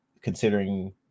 considering